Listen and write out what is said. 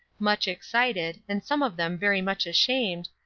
much excited, and some of them very much ashamed,